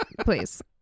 Please